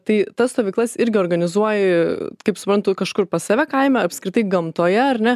tai tas stovyklas irgi organizuoji kaip suprantu kažkur pas save kaime apskritai gamtoje ar ne